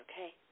okay